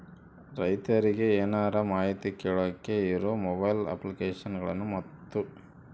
ರೈತರಿಗೆ ಏನರ ಮಾಹಿತಿ ಕೇಳೋಕೆ ಇರೋ ಮೊಬೈಲ್ ಅಪ್ಲಿಕೇಶನ್ ಗಳನ್ನು ಮತ್ತು?